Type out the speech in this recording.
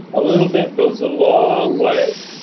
a little bit goes a long way.